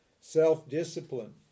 Self-discipline